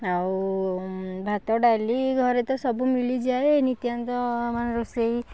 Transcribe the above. ଆଉ ଭାତ ଡାଲି ଘରେ ତ ସବୁ ମିଳିଯାଏ ନିତ୍ୟାନ୍ତ ମାନେ ରୋଷେଇ